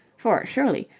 for, surely,